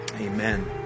Amen